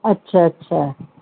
اچھا اچھا